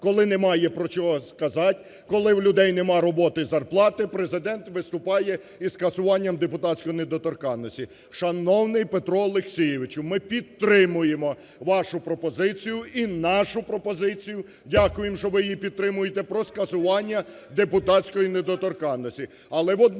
коли немає чого сказати, коли у людей немає роботи, зарплати, Президент виступає із скасуванням депутатської недоторканності. Шановний Петро Олексійовичу! Ми підтримуємо вашу пропозицію і нашу пропозицію, дякуємо, що ви її підтримуєте, про скасування депутатської недоторканності.